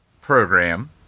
program